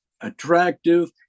attractive